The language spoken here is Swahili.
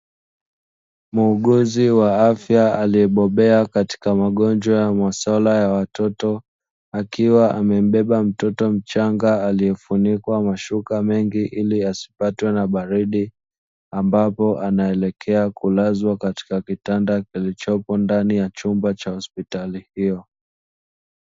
Muugozi wa afya aliyebobea katika magonjwa ya masuala ya watoto akiwa amembeba mtoto mchanga aliyefunikwa mashuka mengi ili asipatwe na baridi, ambapo anaelekea kulazwa katika kitanda kilichopo ndani ya chumba cha hospitali hiyo.